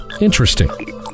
Interesting